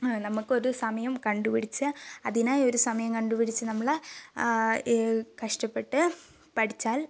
നമുക്കൊരു സമയം കണ്ടുപിടിച്ച് അതിനായ് ഒരു സമയം കണ്ടുപിടിച്ചു നമ്മൾ കഷ്ടപ്പെട്ട് പഠിച്ചാൽ